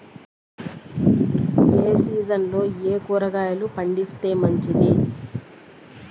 ఏ సీజన్లలో ఏయే కూరగాయలు పండిస్తే మంచిది